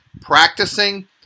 practicing